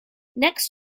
next